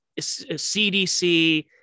CDC